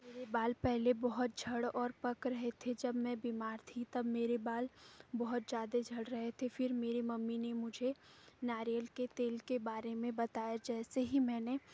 मेरे बाल पहले बहुत झड़ और पक रहे थे जब मैं बीमार थी तब मेरे बाल बहुत ज्यादे झड़ रहे थे फिर मेरी मम्मी ने मुझे नारियल के तेल के बारे में बताया जैसे ही मैंने